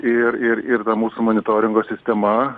ir ir ir ta mūsų monitoringo sistema